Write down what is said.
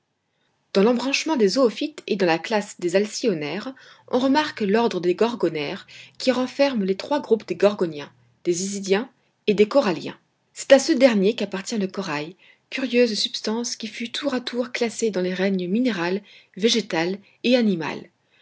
dans l'embranchement des zoophytes et dans la classe des alcyonnaires on remarque l'ordre des gorgonaires qui renferme les trois groupes des gorgoniens des isidiens et des coralliens c'est à ce dernier qu'appartient le corail curieuse substance qui fut tour à tour classée dans les règnes minéral végétal et animal